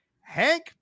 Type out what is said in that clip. Hank